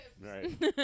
Right